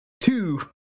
Two